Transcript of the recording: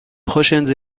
prochaines